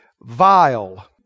vile